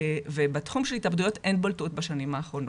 בתחום של התאבדויות אין בולטות בשנים האחרונות.